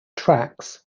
tracks